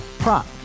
Prop